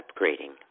upgrading